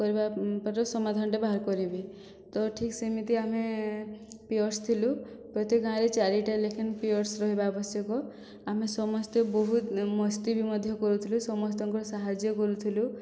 କରିବା ପରେ ସମାଧାନଟେ ବାହାର କରିବି ତ ଠିକ୍ ସେମିତି ଆମେ ପିଅର୍ସ ଥିଲୁ ପ୍ରତି ଗାଁରେ ଚାରିଟା ଲେଖେନ ପିଅର୍ସ ରହିବା ଆବଶ୍ୟକ ଆମେ ସମସ୍ତେ ବହୁତ ମସ୍ତି ବି ମଧ୍ୟ କରୁଥିଲୁ ସମସ୍ତଙ୍କର ସାହାଯ୍ୟ କରୁଥିଲୁ